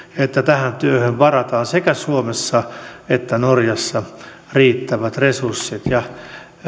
että tähän työhön varataan sekä suomessa että norjassa riittävät resurssit